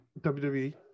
WWE